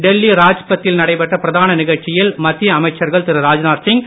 டெல்லி ராஜ்பத்தில் நடைபெற்ற பிரதான நிகழ்ச்சியில் மத்திய அமைச்சகர்கள் திரு ராஜ்நாத் சிங்